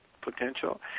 potential